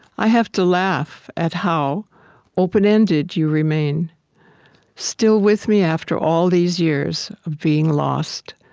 i have to laugh at how open-ended you remain still with me after all these years of being lost.